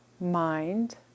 mind